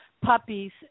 puppies